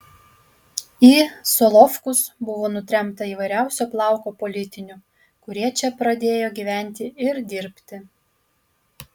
į solovkus buvo nutremta įvairiausio plauko politinių kurie čia pradėjo gyventi ir dirbti